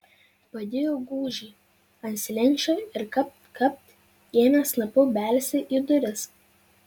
padėjo gūžį ant slenksčio ir kapt kapt ėmė snapu belsti į duris